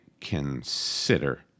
consider